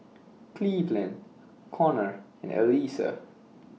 Cleveland Konnor and Elissa